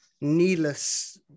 needless